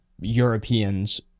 europeans